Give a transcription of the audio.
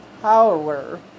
power